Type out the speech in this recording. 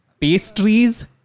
Pastries